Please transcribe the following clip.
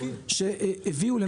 לחלוטין.